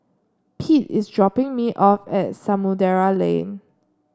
Pete is dropping me off at Samudera Lane